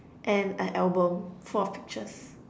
and an album full of pictures